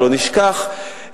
לא נשכח,